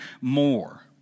more